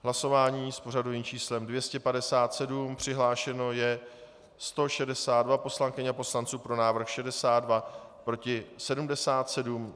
Hlasování s pořadovým číslem 257, přihlášeno je 162 poslankyň a poslanců, pro návrh 62, proti 77.